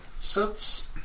sits